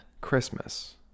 Christmas